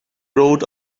rode